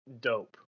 dope